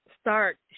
start